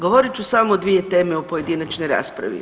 Govorit ću samo o dvije teme u pojedinačnoj raspravi.